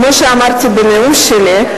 כמו שאמרתי בנאום שלי,